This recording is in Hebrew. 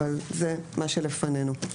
אבל זה מה שלפנינו.